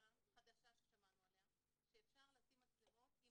טכניקה חדשה ששמענו עליה שאפשר לשים מצלמות עם